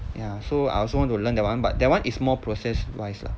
ya so I also want to learn that one but that one is more process wise lah